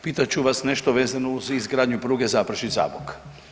Pitat ću vas nešto vezan uz izgradnju pruge Zaprešić-Zabok.